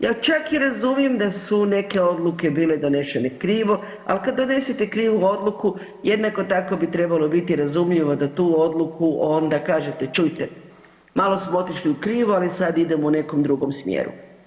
Ja čak i razumijem da su neke odluke bile donešene krivo, ali kad donesete krivu odluku jednako tako bi trebalo biti razumljivo da tu odluku onda kažete, čujte malo smo otišli u krivo ali sad idemo u nekom drugom smjeru.